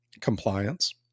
compliance